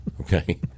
okay